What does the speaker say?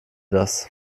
das